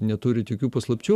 neturit tokių paslapčių